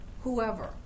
whoever